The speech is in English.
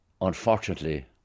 unfortunately